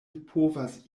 povas